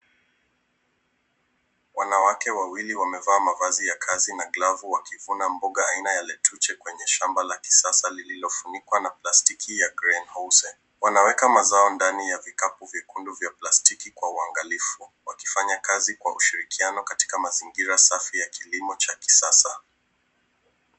Wanawake wawili wamevaa mavazi ya kazi na glavu wakivuna mboga aina ya letuche kwenye shamba la kisasa lililofunikwa na plastiki ya green house .Wanaweka mazao ndani ya vikapu vyekundu cha plastiki kwa uangalifu wakifanya kazi kwa ushirikiano katika mazingira safi ya kilimo cha kisasa.